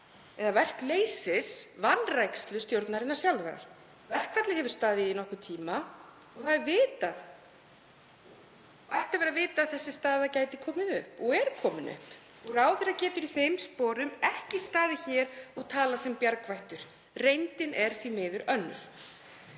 eða verkleysis, vanrækslu, stjórnarinnar sjálfrar. Verkfallið hefur staðið í nokkurn tíma og það er vitað, ætti að vera að vitað, að þessi staða getur komið upp og er komin upp. Ráðherra getur í þeim sporum ekki staðið hér og talað sem bjargvættur. Reyndin er því miður önnur.